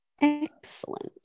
Excellent